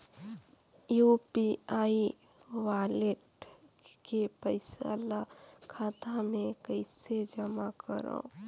UPI wallet के पईसा ल खाता मे कइसे जमा करव?